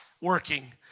working